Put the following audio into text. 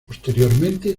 posteriormente